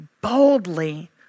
boldly